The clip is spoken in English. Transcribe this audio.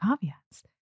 caveats